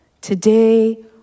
Today